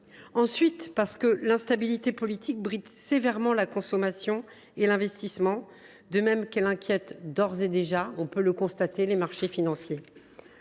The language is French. Ensuite, parce que l’instabilité politique bride sévèrement la consommation et l’investissement, de même qu’elle inquiète d’ores et déjà – on peut le constater – les marchés financiers.